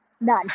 None